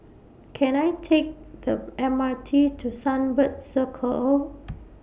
Can I Take The M R T to Sunbird Circle